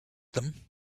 them